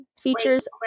features